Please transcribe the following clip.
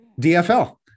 DFL